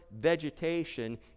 vegetation